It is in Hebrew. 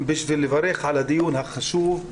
בשביל לברך על הדיון החשוב,